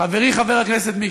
חברי חבר הכנסת מיקי,